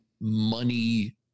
money